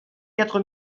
quatre